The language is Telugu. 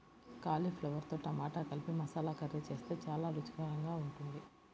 కాలీఫ్లవర్తో టమాటా కలిపి మసాలా కర్రీ చేస్తే చాలా రుచికరంగా ఉంటుంది